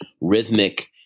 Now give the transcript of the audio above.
rhythmic